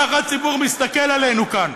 ככה הציבור מסתכל עלינו כאן.